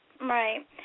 Right